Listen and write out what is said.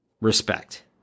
respect